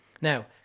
now